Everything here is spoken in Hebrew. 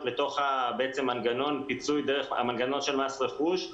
לתוך מנגנון הפיצוי דרך המנגנון של מס רכוש,